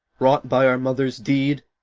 wrought by our mother's deed?